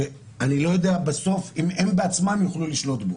שאני לא יודע בסוף אם הם בעצמם יוכלו לשלוט בו.